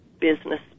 business